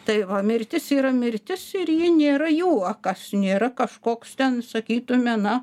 tai va mirtis yra mirtis ir ji nėra juokas nėra kažkoks ten sakytume na